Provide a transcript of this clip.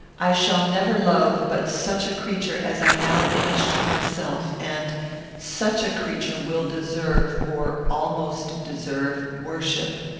i shall never love but such a creature as i now image to myself, and such a creature will deserve, or almost deserve, worship.